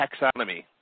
taxonomy